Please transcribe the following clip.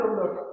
look